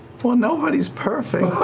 well, nobody's perfect.